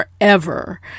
forever